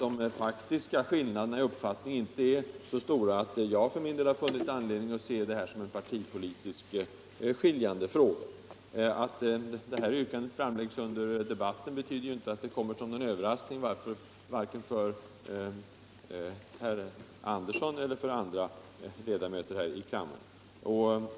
Den faktiska skillnaden i uppfattning är inte så stor att jag har funnit anledning att se detta som en partipolitiskt skiljande fråga. Och att mitt yrkande lagts fram under debatten betyder ju inte att det kommer som en överraskning, varken för herr Andersson i Södertälje eller för andra ledamöter.